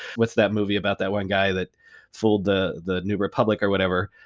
what's that movie about? that one guy that fooled the the new republic or whatever,